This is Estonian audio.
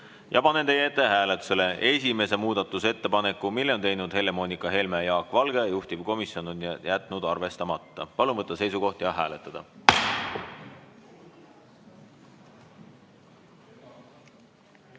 Panen teie ette hääletusele esimese muudatusettepaneku, mille on teinud Helle‑Moonika Helme ja Jaak Valge ning juhtivkomisjon on jätnud arvestamata. Palun võtta seisukoht ja hääletada!